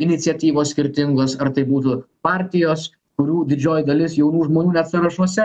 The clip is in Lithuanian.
iniciatyvos skirtingos ar tai būtų partijos kurių didžioji dalis jaunų žmonių net sąrašuose